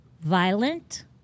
violent